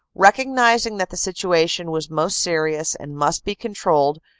recognizing that the situ ation was most serious and must be controlled.